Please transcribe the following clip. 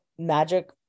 magic